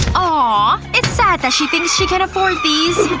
aww. it's sad that she thinks she can afford these